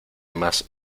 más